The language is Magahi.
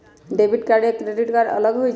डेबिट कार्ड या क्रेडिट कार्ड अलग होईछ ई?